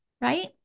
Right